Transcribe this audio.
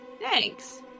Thanks